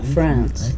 France